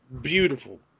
beautiful